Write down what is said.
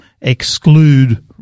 exclude